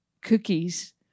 cookies